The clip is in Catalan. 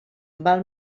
val